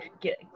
get